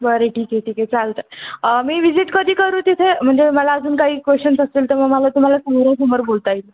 बरं ठीक आहे ठीक आहे चालतं मी विजिट कधी करू तिथे म्हणजे मला अजून काही क्वेशन्स असतील तर मग मला तुम्हाला समोरासमोर बोलता येईल